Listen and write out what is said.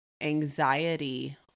anxiety